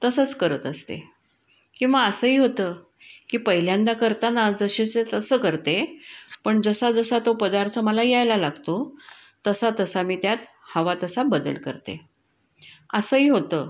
तसंच करत असते किंवा असंही होतं की पहिल्यांदा करताना जसेच्या तसं करते पण जसा जसा तो पदार्थ मला यायला लागतो तसा तसा मी त्यात हवा तसा बदल करते असंही होतं